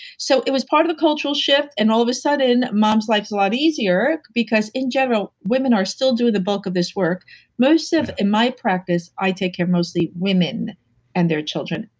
so it was part of the cultural shift and all of a sudden mom's life's a lot easier because in general, women are still doing the bulk of this work most of, in my practice, i take care of mostly women and their children.